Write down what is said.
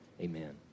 Amen